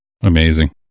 Amazing